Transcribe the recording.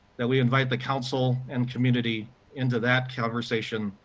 that we invite the council and community into that conversation,